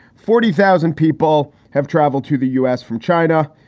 forty thousand people have traveled to the u s. from china.